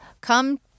Come